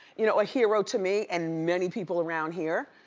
you know a hero to me and many people around here.